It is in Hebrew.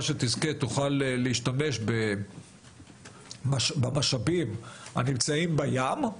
שתזכה תוכל להשתמש במשאבים הנמצאים בים,